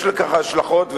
יש לכך השלכות,